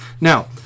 Now